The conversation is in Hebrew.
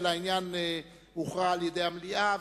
אלא העניין הוכרע על-ידי המליאה,